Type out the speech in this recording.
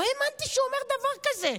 לא האמנתי שהוא אומר דבר כזה.